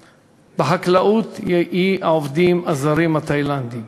בנושא האזרחים הוותיקים במדינת ישראל.